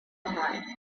behind